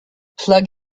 plug